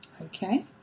Okay